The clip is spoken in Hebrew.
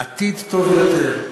עתיד טוב יותר,